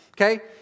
okay